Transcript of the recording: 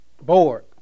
bored